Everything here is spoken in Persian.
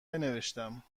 نوشتم